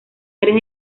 áreas